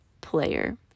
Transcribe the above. player